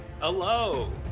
Hello